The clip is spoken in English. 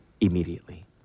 immediately